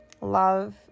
love